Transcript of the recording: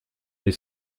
les